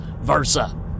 versa